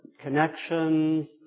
connections